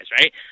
right